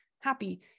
happy